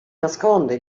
nasconde